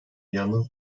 yalnız